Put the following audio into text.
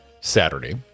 Saturday